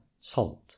salt